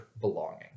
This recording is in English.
belonging